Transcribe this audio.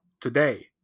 today